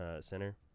center